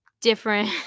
different